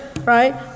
right